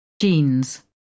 Jeans